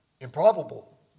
improbable